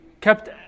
kept